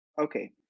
Okay